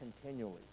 continually